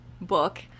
book